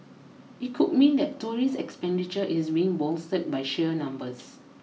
it could mean that tourist expenditure is being bolstered by sheer numbers